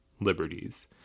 liberties